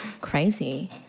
crazy